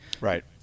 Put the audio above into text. Right